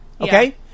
okay